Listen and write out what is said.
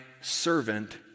servant